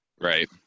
Right